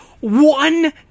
one